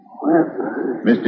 Mr